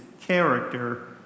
character